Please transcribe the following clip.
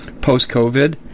post-COVID